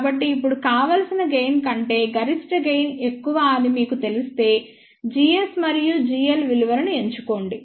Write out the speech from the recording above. కాబట్టి ఇప్పుడు కావలసిన గెయిన్ కంటే గరిష్ట గెయిన్ ఎక్కువ అని మీకు తెలిస్తే gs మరియు gl విలువను ఎంచుకోండి